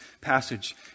passage